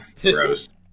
Gross